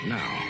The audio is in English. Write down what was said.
now